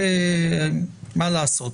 מה לעשות.